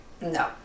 no